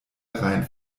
herein